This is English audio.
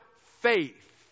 faith